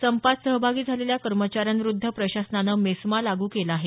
संपात सहभागी झालेल्या कर्मचाऱ्यांविरुद्ध प्रशासनानं मेस्मा लागू केला आहे